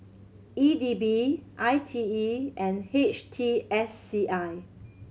E D B I T E and H T S C I